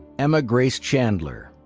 emma grace chandler,